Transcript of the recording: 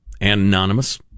Anonymous